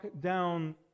down